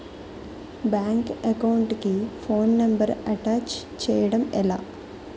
Bank account కి phone number attach చేయడం ఎలా?